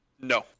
No